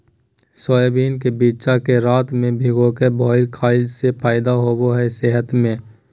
soybean के बिच्चा के रात में भिगाके भोरे खईला से फायदा होबा हइ सेहत में